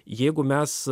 jeigu mes